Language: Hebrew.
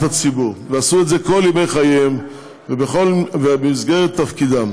הציבור ועשו את זה כל ימי חייהם במסגרת תפקידם.